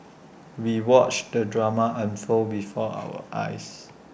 we watched the drama unfold before our eyes